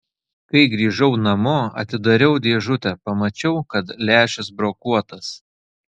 kai grįžau namo atidariau dėžutę pamačiau kad lęšis brokuotas